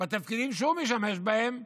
בתפקידים שהוא משמש בהם,